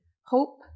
hope